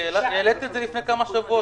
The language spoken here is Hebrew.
כי העלית את זה לפני כמה שבועות.